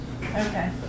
Okay